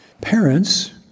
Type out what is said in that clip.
parents